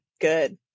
good